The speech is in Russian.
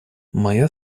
моя